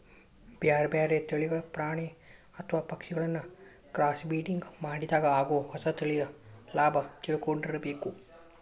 ಬ್ಯಾರ್ಬ್ಯಾರೇ ತಳಿಗಳ ಪ್ರಾಣಿ ಅತ್ವ ಪಕ್ಷಿಗಳಿನ್ನ ಕ್ರಾಸ್ಬ್ರಿಡಿಂಗ್ ಮಾಡಿದಾಗ ಆಗೋ ಹೊಸ ತಳಿಯ ಲಾಭ ತಿಳ್ಕೊಂಡಿರಬೇಕು